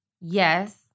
Yes